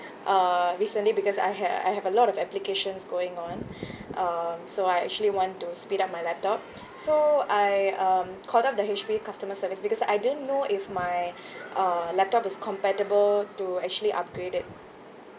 uh recently because I ha~ I have a lot of applications going on um so I actually want to speed up my laptop so I um called up the H_P customer service because I didn't know if my uh laptop is compatible to actually upgrade it